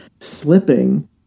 slipping